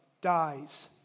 dies